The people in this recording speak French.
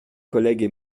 collègues